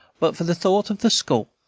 but for the thought of the school,